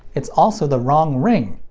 it's also the wrong ring!